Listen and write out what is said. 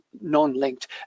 non-linked